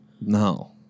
No